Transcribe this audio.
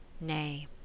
nay